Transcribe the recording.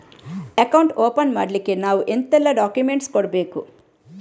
Account open ಮಾಡ್ಲಿಕ್ಕೆ ನಾವು ಎಂತೆಲ್ಲ ಡಾಕ್ಯುಮೆಂಟ್ಸ್ ಕೊಡ್ಬೇಕು?